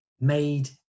made